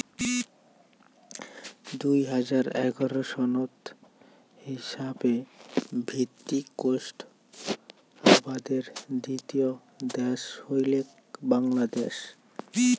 দুই হাজার এগারো সনত হিছাবে ভিত্তিক কোষ্টা আবাদের দ্বিতীয় দ্যাশ হইলেক বাংলাদ্যাশ